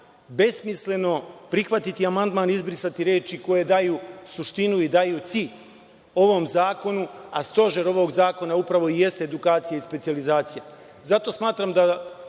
besmisleno prihvatiti amandman i izbrisati reči koje daju suštinu i daju cilj ovom zakonu, a stožer ovog zakona upravo i jeste edukacija i specijalizacija. Zato smatram da